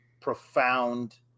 profound